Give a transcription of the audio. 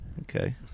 Okay